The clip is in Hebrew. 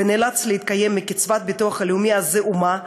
ונאלץ להתקיים מקצבת הביטוח הלאומי הזעומה,